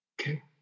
Okay